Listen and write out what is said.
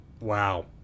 Wow